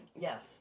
Yes